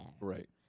Right